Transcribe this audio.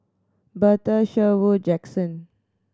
Bertha Sherwood Jaxson